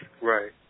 Right